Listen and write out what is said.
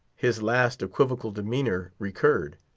his last equivocal demeanor recurred.